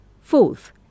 Fourth